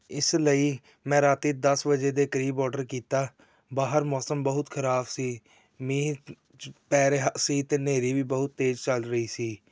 ਇਸ ਲਈ ਮੈਂ ਰਾਤ ਦਸ ਵਜੇ ਦੇ ਕਰੀਬ ਔਡਰ ਕੀਤਾ ਬਾਹਰ ਮੌਸਮ ਬਹੁਤ ਖ਼ਰਾਬ ਸੀ ਮੀਂਹ ਚ ਪੈ ਰਿਹਾ ਸੀ ਅਤੇ ਹਨੇਰੀ ਵੀ ਬਹੁਤ ਤੇਜ਼ ਚੱਲ ਰਹੀ ਸੀ